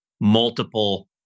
multiple